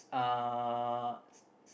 uh